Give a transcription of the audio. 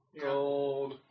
Gold